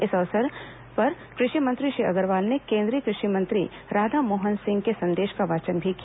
इस अवसर कृषि मंत्री श्री अग्रवाल ने केन्द्रीय कृषि मंत्री राधामोहन सिंह के संदेश का वाचन भी किया